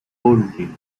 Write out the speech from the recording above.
coldly